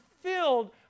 filled